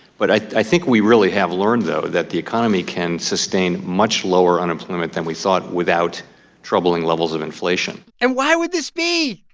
but i think we really have learned, though, that the economy can sustain much lower unemployment than we thought without troubling levels of inflation and why would this be?